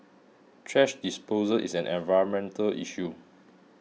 thrash disposal is an environmental issue